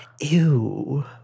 ew